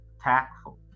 tactful